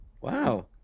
Wow